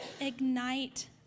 ignite